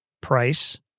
price